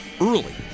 early